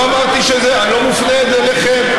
זה לא מופנה אליכם.